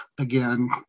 again